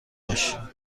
باشیم